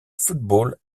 football